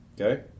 okay